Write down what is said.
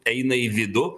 eina į vidų